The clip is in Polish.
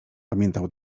pamiętał